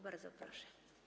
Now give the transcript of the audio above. Bardzo proszę.